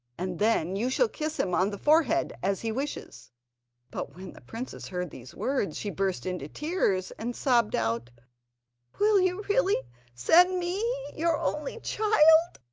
and then you shall kiss him on the forehead as he wishes but when the princess heard these words, she burst into tears, and sobbed out will you really send me, your only child,